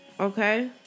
okay